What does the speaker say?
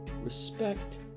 respect